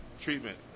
treatment